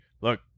look